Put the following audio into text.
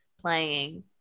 playing